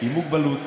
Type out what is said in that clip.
עם מוגבלות